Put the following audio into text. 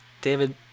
david